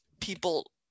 people